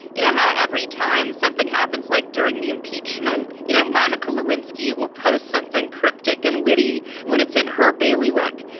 you know, how every time something happens, like during the impeachment, you know, monica lewinsky will post something cryptic and witty when it's in her bailiwick.